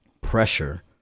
pressure